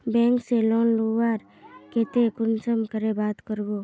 Bank से loan लुबार केते कुंसम करे बात करबो?